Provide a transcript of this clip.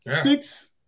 Six